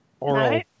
Oral